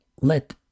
let